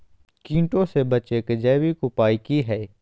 कीटों से बचे के जैविक उपाय की हैय?